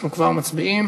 אנחנו כבר מצביעים.